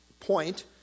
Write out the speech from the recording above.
Point